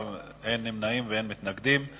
בעד, 12, אין מתנגדים ואין נמנעים.